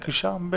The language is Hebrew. רק אישה?